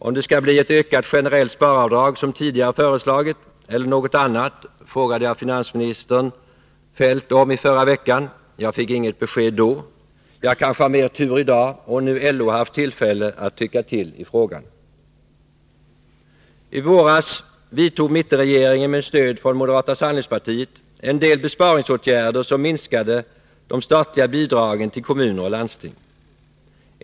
Om det skall bli ett ökat generellt sparavdrag som tidigare föreslagits eller något annat, frågade jag finansminister Kjell-Olof Feldt om i förra veckan. Jag fick inget besked då — jag har kanske mer tur i dag, om nu LO har haft tillfälle att tycka till i frågan. I våras vidtog mittenregeringen med stöd från moderata samlingspartiet en del besparingsåtgärder, som minskade de statliga bidragen till kommuner och landsting.